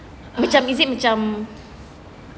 macam is it macam